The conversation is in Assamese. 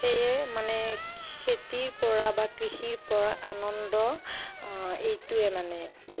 সেইয়ে মানে খেতিৰ পৰা বা কৃষিৰ পৰা আনন্দ এইটোৱে মানে